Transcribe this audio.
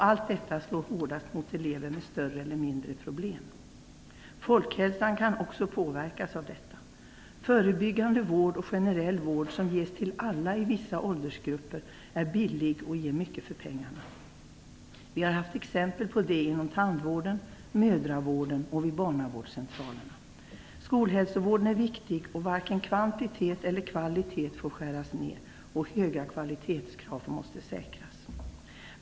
Allt detta slår hårdast mot elever med större eller mindre problem. Folkhälsan kan också påverkas av detta. Förebyggande vård och generell vård som ges till alla i vissa åldersgrupper är billig och ger mycket för pengarna. Vi har sett exempel på detta inom tandvården, mödravården och vid barnavårdscentralerna. Skolhälsovården är viktig. Varken kvantitet eller kvalitet får skäras ner. Höga kvalitetskrav måste säkras.